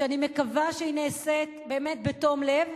שאני מקווה שהיא נעשית באמת בתום לב,